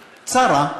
צרה.